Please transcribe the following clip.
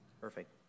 Perfect